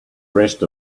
rest